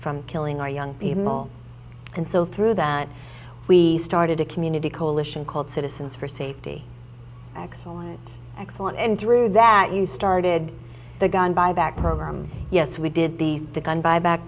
from killing our young people and so through that we started a community kolisch called citizens for safety excellent excellent and through that you started the gun buyback program yes we did the gun buyback